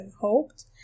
hoped